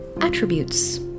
Attributes